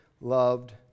loved